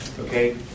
Okay